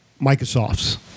Microsofts